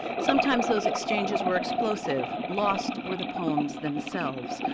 sometimes those exchanges were explosive. lost were the poems themselves.